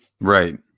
Right